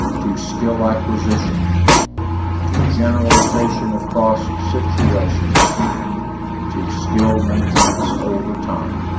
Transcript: to skill acquisition to generalization across situations to skill maintenance over time